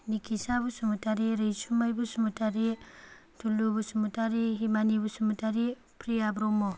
Nikisa Basumatary Raisumai Basumatary Dhulu Basumatary Himani Basumatary Priya Brahma